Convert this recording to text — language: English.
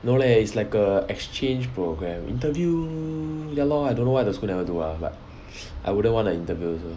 no leh is like a exchange programme interview ya lor I don't know why my school never do lah but I wouldn't want the interview also